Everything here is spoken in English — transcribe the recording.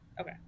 Okay